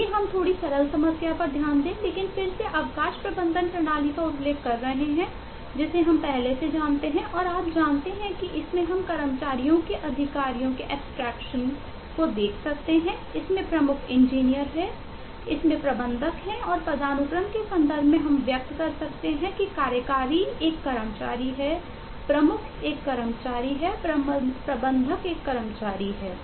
आइए हम थोड़ी सरल समस्या पर ध्यान दें लेकिन फिर से अवकाश प्रबंधन प्रणाली का उल्लेख कर रहे हैं जिसे हम पहले से जानते हैं और आप जानते हैं कि इसमें हम कर्मचारियों के अधिकारियों के एब्स्ट्रेक्शन हो सकते हैं इसमें प्रमुख इंजीनियर हैं वहाँ प्रबंधक हैं और पदानुक्रम के संदर्भ में हम व्यक्त कर सकते हैं कि कार्यकारी एक कर्मचारी है प्रमुख एक कर्मचारी है प्रबंधक एक कर्मचारी है